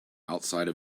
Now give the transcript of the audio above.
outside